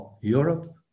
Europe